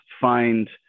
find